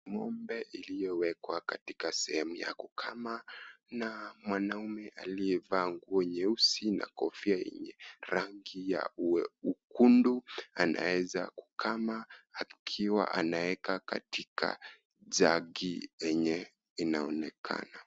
Ngombe iliyowekwa katika sehemu ya kukama na mwanaume aliyevaa nguo nyeusi na kofia yenye rangi ya nyekundu, anaweza kukama akiwa anaweka katika jagi enye inaonekana.